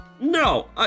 No